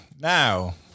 Now